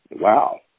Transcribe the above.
Wow